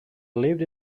lived